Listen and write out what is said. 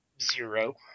zero